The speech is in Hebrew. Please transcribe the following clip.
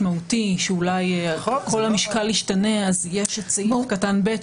שיודיע על כינוס האסיפה שבועיים או שלושה.